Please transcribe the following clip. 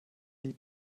lied